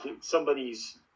somebody's